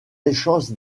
échanges